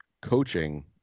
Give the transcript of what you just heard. coaching